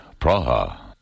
Praha